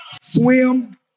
Swim